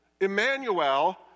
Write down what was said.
Emmanuel